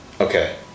Okay